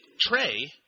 Trey